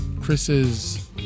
Chris's